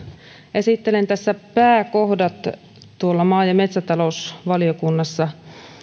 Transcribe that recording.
esittelen tässä pääkohdat maa ja metsätalousvaliokunnassa